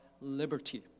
liberty